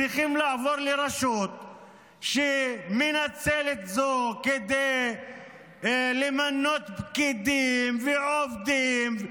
צריכים לעבור לרשות שמנצלת זאת כדי למנות פקידים ועובדים?